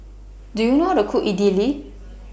Do YOU know How to Cook Idili